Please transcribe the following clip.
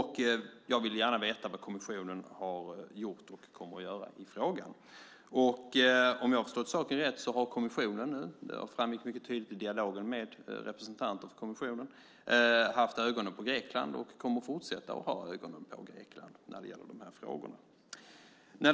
Jag vill gärna veta vad kommissionen gjort och kommer att göra i frågan. Det framgick mycket tydligt i dialogen med representanten för kommissionen att kommissionen haft ögonen på Grekland och kommer att fortsätta att ha det vad gäller dessa frågor.